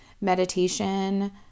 meditation